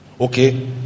Okay